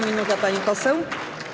Minuta, pani poseł.